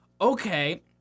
okay